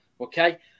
okay